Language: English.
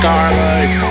Starlight